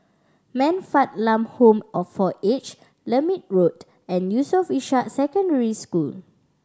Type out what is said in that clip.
Man Fatt Lam Home all for Aged Lermit Road and Yusof Ishak Secondary School